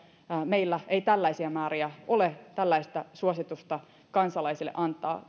meillä ei tällaisia määriä ole tällaista suositusta kansalaisille antaa